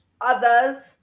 others